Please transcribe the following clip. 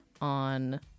on